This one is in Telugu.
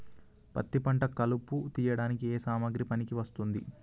పత్తి పంట కలుపు తీయడానికి ఏ సామాగ్రి పనికి వస్తుంది?